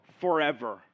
forever